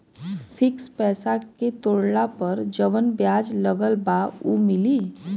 Fix पैसा के तोड़ला पर जवन ब्याज लगल बा उ मिली?